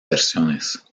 versiones